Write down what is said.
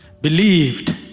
believed